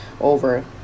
over